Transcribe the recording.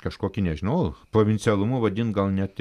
kažkokį nežinau provincialumu vadint gal net